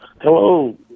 Hello